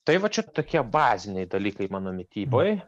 tai va čia tokie baziniai dalykai mano mityboj